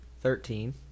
Thirteen